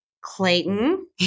Clayton